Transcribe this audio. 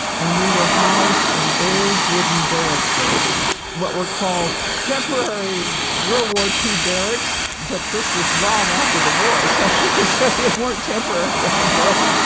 and we were housed in old wooden barrack buildings, what were called temporary world ah war two barracks but this was long after the war, so they weren't temporary anymore!